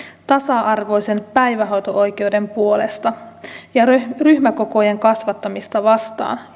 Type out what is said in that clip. tasa arvoisen päivähoito oikeuden puolesta ja ryhmäkokojen kasvattamista vastaan